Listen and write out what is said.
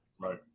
right